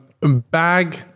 Bag